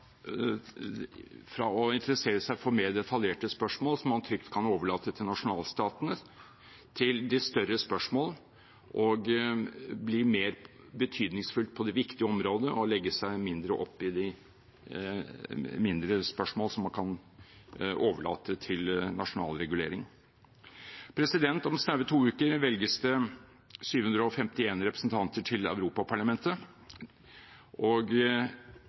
fra å interessere seg for mer detaljerte spørsmål som man trygt kan overlate til nasjonalstatene, til å interessere seg for de større spørsmål og bli mer betydningsfulle på de viktige områdene, og legge seg mindre opp i de mindre spørsmål som man kan overlate til nasjonal regulering. Om snaue to uker velges 751 representanter til Europaparlamentet, og